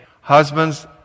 Husbands